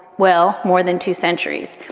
well, more than two centuries,